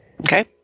okay